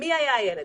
מי הילד,